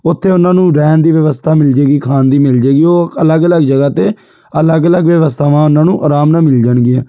ਉੱਥੇ ਉਹਨਾਂ ਨੂੰ ਰਹਿਣ ਦੀ ਵਿਵਸਥਾ ਮਿਲ ਜੇਗੀ ਖਾਣ ਦੀ ਮਿਲ ਜੇਗੀ ਉਹ ਅਲੱਗ ਅਲੱਗ ਜਗ੍ਹਾ 'ਤੇ ਅਲੱਗ ਅਲੱਗ ਵਿਵਸਥਾਵਾਂ ਉਹਨਾਂ ਨੂੰ ਆਰਾਮ ਨਾਲ ਮਿਲ ਜਾਣਗੀਆਂ